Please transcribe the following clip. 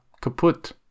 kaput